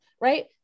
right